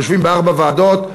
יושבים בארבע ועדות,